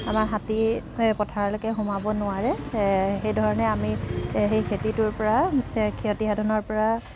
আমাৰ হাতী পথাৰলৈকে সোমাব নোৱাৰে সেইধৰণে আমি সেই খেতিটোৰ পৰা ক্ষতি সাধনৰ পৰা